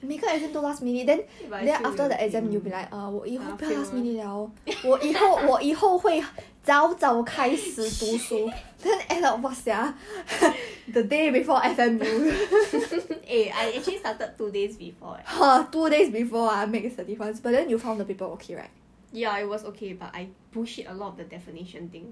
shit eh I actually started two days before leh ya it was okay but I bullshit a lot of the definition thing